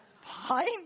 Fine